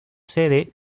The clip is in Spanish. sede